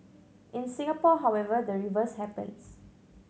in Singapore however the reverse happens